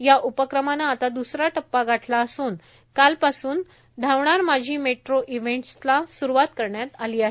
या उपक्रमानं आता दुसरा टप्पा गाठला असून कालपासून धावणार माझी मेट्रो इव्हेंट्स ची स्रुवात करण्यात आली आहे